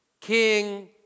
King